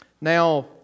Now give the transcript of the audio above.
Now